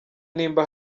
niba